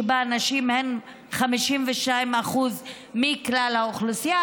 שבה נשים הן 52% מכלל האוכלוסייה,